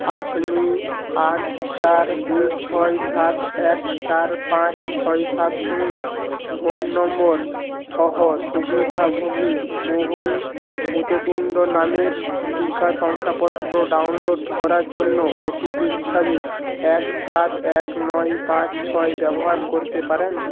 আপনি আট চার দুই ছয় সাত এক চার পাঁচ ছয় সাত শূন্য ফোন নম্বর সহ সুবিধাভোগী মোহুল পুততুন্ডনামের টিকা শংসাপত্র ডাউনলোড করার জন্য ওটিপি হিসাবে এক সাত এক নয় পাঁচ ছয় ব্যবহার করতে পারেন